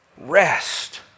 Rest